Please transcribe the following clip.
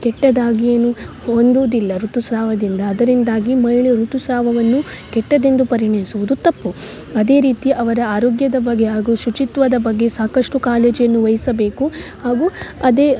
ಕೆಟ್ಟದಾಗಿ ಏನು ಒಂದೂದಿಲ್ಲ ಋತುಸ್ರಾವದಿಂದ ಅದರಿಂದಾಗಿ ಮಹಿಳೆ ಋತುಸ್ರಾವವನ್ನು ಕೆಟ್ಟದೆಂದು ಪರಿಗಣಿಸುವುದು ತಪ್ಪು ಅದೇ ರೀತಿ ಅವರ ಆರೋಗ್ಯದ ಬಗ್ಗೆ ಹಾಗು ಶುಚಿತ್ವದ ಬಗ್ಗೆ ಸಾಕಷ್ಟು ಕಾಳಜಿಯನ್ನು ವಹಿಸಬೇಕು ಹಾಗು ಅದೇ